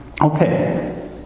Okay